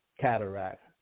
cataract